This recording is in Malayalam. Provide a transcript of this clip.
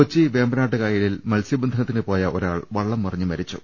കൊച്ചി വേമ്പനാട്ടുകായലിൽ മത്സ്യബന്ധനത്തിന് പോയ ഒരാൾ വള്ളം മറിഞ്ഞ് മരിച്ചു